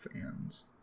fans